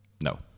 No